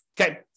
Okay